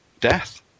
death